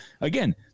again